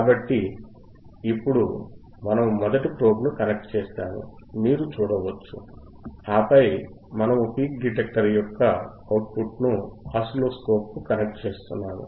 కాబట్టి ఇప్పుడు మనము మొదటి ప్రోబ్ను కనెక్ట్ చేశాము మీరు చూడవచ్చు ఆపై మనము పీక్ డిటెక్టర్ యొక్క అవుట్పుట్ ను ఓసిలోస్కోప్కు కనెక్ట్ చేస్తున్నాము